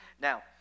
Now